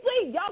Y'all